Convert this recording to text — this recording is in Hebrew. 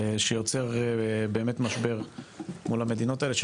שיוצר באמת משבר מול המדינות האלה,